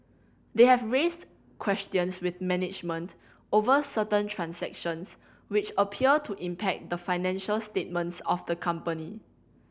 they have raised questions with management over certain transactions which appear to impact the financial statements of the company